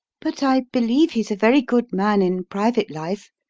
but i believe he's a very good man in private life,